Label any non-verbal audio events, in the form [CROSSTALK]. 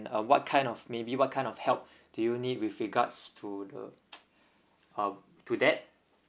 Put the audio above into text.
uh what kind of maybe what kind of help [BREATH] do you need with regards to the uh to that